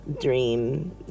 dream